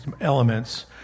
elements